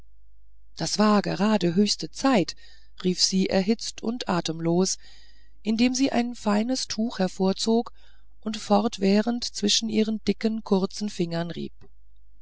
das war gerade die höchste zeit rief sie erhitzt und atemlos indem sie ein feines tuch hervorzog und fortwährend zwischen ihren kurzen dicken fingern rieb